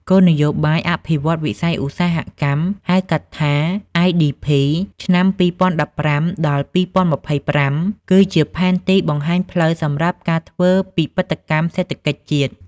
គោលនយោបាយអភិវឌ្ឍន៍វិស័យឧស្សាហកម្ម ហៅកាត់ថា IDP ឆ្នាំ ២០១៥ ដល់២០២៥ គឺជាផែនទីបង្ហាញផ្លូវសម្រាប់ការធ្វើពិពិធកម្មសេដ្ឋកិច្ចជាតិ។